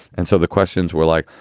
and so the questions were like,